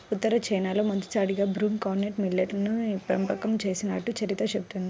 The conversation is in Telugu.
ఉత్తర చైనాలో మొదటిసారిగా బ్రూమ్ కార్న్ మిల్లెట్ ని పెంపకం చేసినట్లు చరిత్ర చెబుతున్నది